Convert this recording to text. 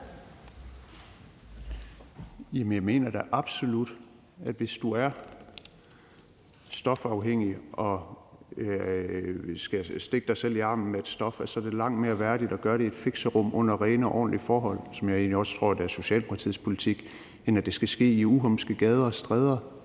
Jeg mener absolut, at hvis du er stofafhængig og skal stikke dig selv i armen for at tage et stof, er det langt mere værdigt at gøre det i et fixerum under rene og ordentlige forhold, hvad jeg egentlig også tror er Socialdemokratiets politik, end at det skal ske i uhumske gader og stræder,